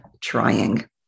trying